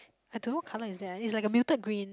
I don't know what colour is that ah it's like a muted green